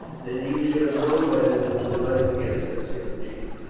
then you should have known better than to rise against us, young chief.